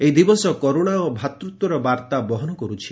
ଏହି ଦିବସ କରୁଣା ଓ ଭ୍ରାତୃତ୍ୱର ବାର୍ତ୍ତା ବହନ କରୁଛି